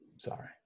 Sorry